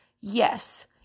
Yes